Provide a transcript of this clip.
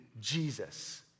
Jesus